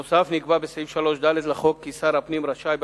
נוסף על כך נקבע בסעיף 3ד לחוק כי שר הפנים רשאי,